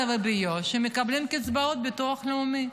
וביו"ש שמקבלים קצבאות ביטוח לאומי.